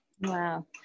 Wow